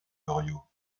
goriot